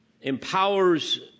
empowers